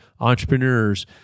entrepreneurs